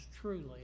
truly